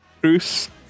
Bruce